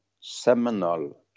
seminal